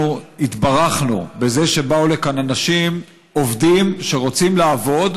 אנחנו התברכנו בזה שבאו לכאן אנשים עובדים שרוצים לעבוד,